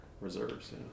reserves